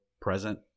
present